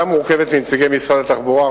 הוועדה מורכבת מנציגי משרד התחבורה,